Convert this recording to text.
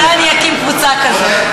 אולי אני אקים קבוצה כזאת.